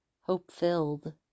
hope-filled